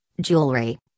jewelry